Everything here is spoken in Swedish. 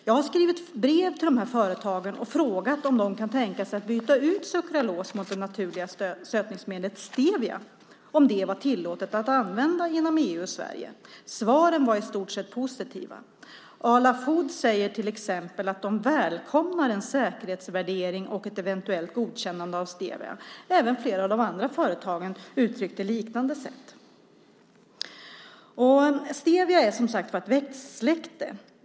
Jag har skrivit brev till de här företagen och frågat om de skulle kunna tänka sig att byta ut sukralos mot det naturliga sötningsmedlet stevia om det var tillåtet att använda inom EU och Sverige. Svaren var i stort sett positiva. Arla Foods säger till exempel att "de välkomnar en säkerhetsvärdering och ett eventuellt följande godkännande av stevia". Även flera av de andra företagen uttryckte liknande synsätt. Stevia är ett växtsläkte.